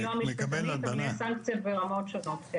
אני לא משפטנית אבל יש סנקציות ברמות שונות.